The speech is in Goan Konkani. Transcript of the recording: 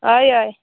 हय हय